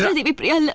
yeah devi priya! and